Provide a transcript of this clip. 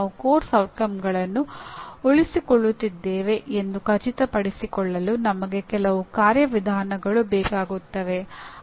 ನಾವು ಪಠ್ಯಕ್ರಮದ ಪರಿಣಾಮಗಳನ್ನು ಉಳಿಸಿಕೊಳ್ಳುತ್ತಿದ್ದೇವೆ ಎಂದು ಖಚಿತಪಡಿಸಿಕೊಳ್ಳಲು ನಮಗೆ ಕೆಲವು ಕಾರ್ಯವಿಧಾನಗಳು ಬೇಕಾಗುತ್ತವೆ